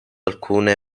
alcune